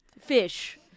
fish